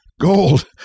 gold